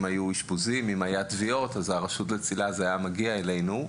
אם היו אשפוזים או טביעות זה היה מגיע לרשות לצלילה.